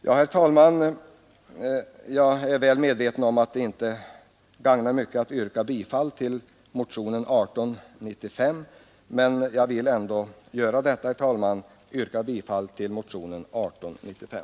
Ja, herr talman, jag är medveten om att det inte gagnar mycket, men jag vill ändå yrka bifall till motionen 1895.